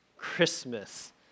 Christmas